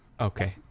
okay